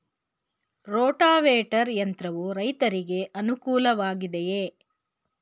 Rotavator ಯಂತ್ರವು ರೈತರಿಗೆ ಅನುಕೂಲ ವಾಗಿದೆಯೇ?